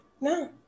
No